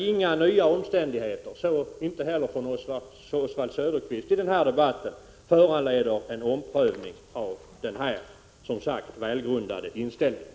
Inga nya omständigheter — inte heller Oswald Söderqvist har i denna debatt pekat på några sådana — föranleder en omprövning av den här välgrundade inställningen.